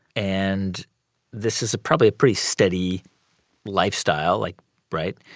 and this is probably a pretty steady lifestyle, like right?